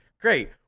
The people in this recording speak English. great